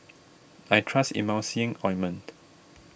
I trust Emulsying Ointment